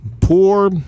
Poor